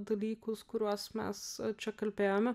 dalykus kuriuos mes čia kalbėjome